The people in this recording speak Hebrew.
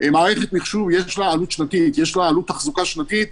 למערכת מחשוב יש עלות תחזוקה שנתית,